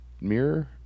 mirror